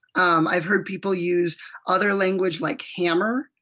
um i've heard people use other language like! hammer,